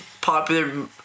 popular